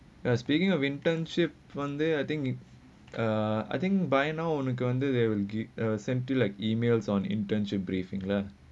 ya speaking of internship one day I think uh I think by now உனக்கு வந்து:unakku vanthu they will give uh send you like emails on internship briefing lah